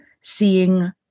seeing